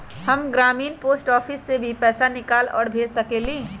हम ग्रामीण post office से भी पैसा निकाल और भेज सकेली?